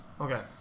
Okay